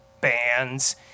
bands